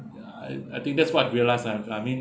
ya I I think that's what I realised lah I mean